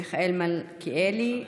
מיכאל מלכיאלי,